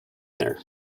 there